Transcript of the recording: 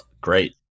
great